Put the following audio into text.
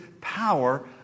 power